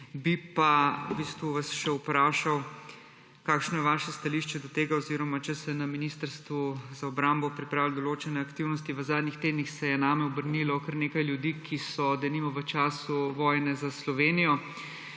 Bi vas pa še vprašal: Kakšno je vaše stališče do tega oziroma če ste na Ministrstvu za obrambo pripravili določene aktivnosti, kajti v zadnjih tednih se je name obrnilo kar nekaj ljudi, ki so denimo v času vojne za Slovenijo